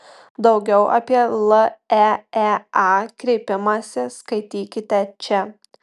daugiau apie leea kreipimąsi skaitykite čia